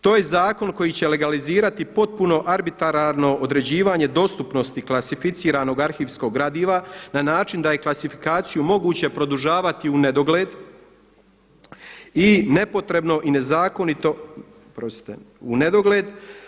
To je zakon koji će legalizirati potpuno arbitrarno određivanje dostupnosti klasificiranog arhivskog gradiva na način da je klasifikaciju moguće produžavati u nedogled i nepotrebno i nezakonito, oprostite u nedogled.